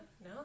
no